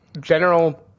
general